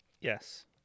Yes